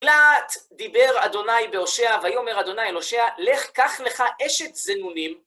פלאט דיבר אדוני בהושע, ויאמר אדוני אל הושע, לך קח לך אשת זנונים.